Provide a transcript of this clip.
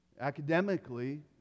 Academically